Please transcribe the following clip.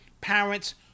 parents